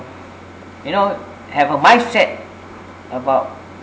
you know have a mindset about